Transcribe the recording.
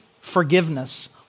forgiveness